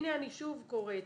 הנה אני שוב קוראת,